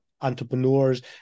entrepreneurs